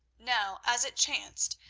now, as it chanced,